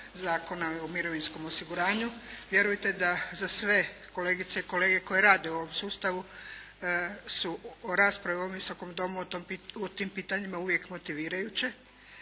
Zakona o mirovinskom osiguranju. Vjerujte da za sve kolegice i kolege koji rade u ovom sustavu su u raspravi u ovom Visokom domu o tim pitanjima uvijek motivirajuće.